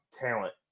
talent